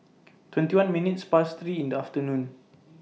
twenty one minutes Past three in The afternoon